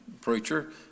preacher